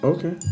Okay